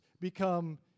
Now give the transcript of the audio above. become